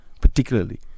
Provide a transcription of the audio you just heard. particularly